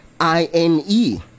I-N-E